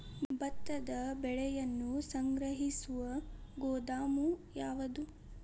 ಭತ್ತದ ಬೆಳೆಯನ್ನು ಸಂಗ್ರಹಿಸುವ ಗೋದಾಮು ಯಾವದು?